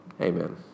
Amen